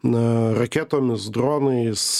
na raketomis dronais